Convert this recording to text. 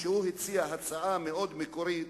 שהציע הצעה מאוד מקורית,